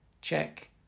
check